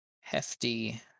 hefty